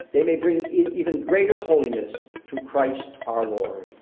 they may bring even greater holiness through christ our lord,